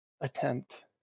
attempt